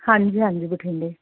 ਹਾਂਜੀ ਹਾਂਜੀ ਬਠਿੰਡੇ